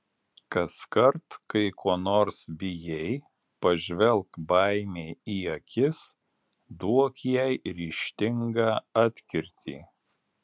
kaskart kai ko nors bijai pažvelk baimei į akis duok jai ryžtingą atkirtį